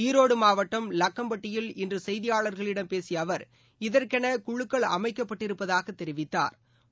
ஈரோடு மாவட்டம் லக்கம்பட்டியில் இன்று செய்தியாளர்களிடம் பேசிய அவர் இதற்கென குழுக்கள் அமைக்கப்பட்டிருப்பதாகத் தெரிவித்தாா்